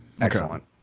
Excellent